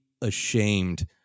ashamed